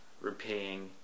repaying